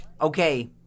Okay